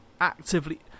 actively